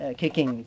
kicking